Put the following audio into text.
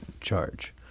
charge